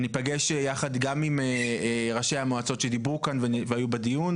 שניפגש יחד גם עם ראשי המועצות שדיברו כאן והיו בדיון,